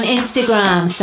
Instagram